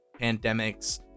pandemics